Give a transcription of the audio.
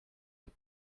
but